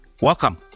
welcome